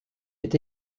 est